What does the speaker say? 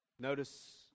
notice